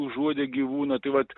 užuodę gyvūną tai vat